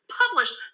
published